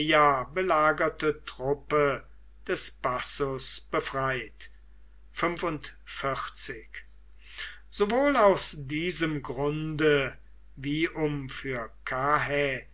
belagerte truppe des bassus befreit sowohl aus diesem grunde wie um für